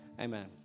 Amen